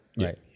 right